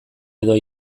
edo